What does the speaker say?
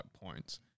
points